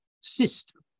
system